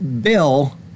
Bill